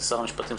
שר המשפטים,